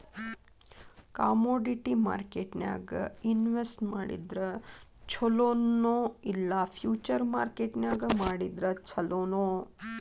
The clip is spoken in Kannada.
ಕಾಮೊಡಿಟಿ ಮಾರ್ಕೆಟ್ನ್ಯಾಗ್ ಇನ್ವೆಸ್ಟ್ ಮಾಡಿದ್ರ ಛೊಲೊ ನೊ ಇಲ್ಲಾ ಫ್ಯುಚರ್ ಮಾರ್ಕೆಟ್ ನ್ಯಾಗ್ ಮಾಡಿದ್ರ ಛಲೊನೊ?